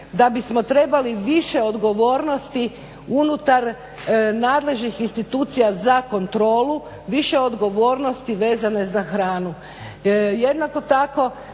da bi smo trebali više odgovornosti unutar nadležnim institucija za kontrolu, više odgovornosti vezane za hranu. Jednako tako